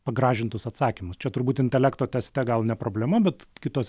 pagražintus atsakymus čia turbūt intelekto teste gal ne problema bet kitos